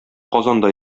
казанда